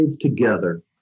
together